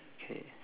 okay